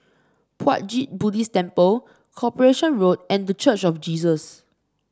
Puat Jit Buddhist Temple Corporation Road and The Church of Jesus